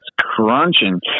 crunching